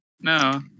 No